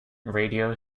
radio